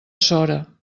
sora